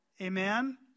Amen